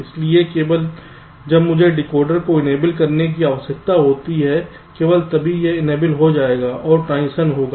इसलिए केवल जब मुझे डिकोडर को इनेबल करने की आवश्यकता होती है केवल तभी यह इनेबल हो जाएगा और ट्रांजिशन होगा